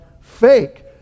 fake